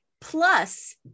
Plus